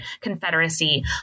Confederacy